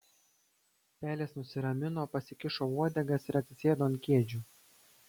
pelės nusiramino pasikišo uodegas ir atsisėdo ant kėdžių